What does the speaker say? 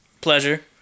Pleasure